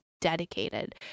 dedicated